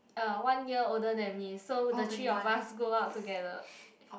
uh one year older than me so the three of us go out together